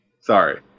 Sorry